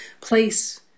place